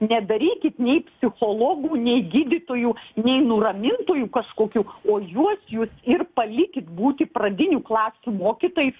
nedarykit nei psichologų nei gydytojų nei nuramintųjų kažkokių o jūs juos ir palikit būti pradinių klasių mokytojais